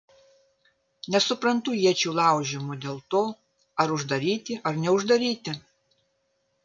nesuprantu iečių laužymo dėl to ar uždaryti ar neuždaryti